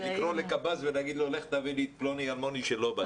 לקרוא לקב"ס ולהגיד לו: לך תביא לי את פלוני אלמוני שלא בא.